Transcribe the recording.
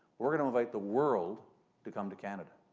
we're going to invite the world to come to canada.